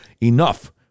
enough